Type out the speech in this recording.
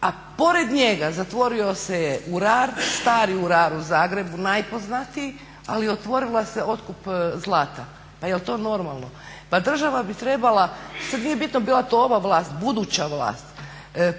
A pored njega zatvorio se urar, stari urar u Zagrebu najpoznatiji, ali otvorio se otkup zlata. Pa jel' to normalno? Pa država bi trebala, sad nije bitno bila to ova vlast, buduća vlast,